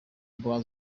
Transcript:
mbuga